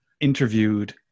interviewed